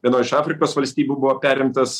vienoj iš afrikos valstybių buvo perimtas